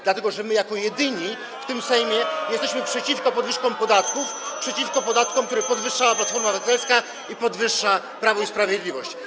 dlatego że my jako jedyni w tym Sejmie jesteśmy przeciwko podwyżkom podatków, przeciwko podatkom, które podwyższała Platforma Obywatelska i które podwyższa Prawo i Sprawiedliwość.